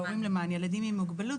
למען ילדים עם מוגבלות.